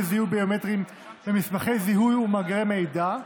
זיהוי ביומטריים במסמכי זיהוי ובמאגרי מידע,